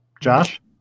Josh